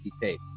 tapes